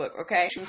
okay